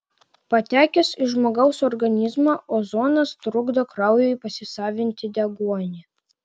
patekęs į žmogaus organizmą ozonas trukdo kraujui pasisavinti deguonį